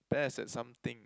best at some thing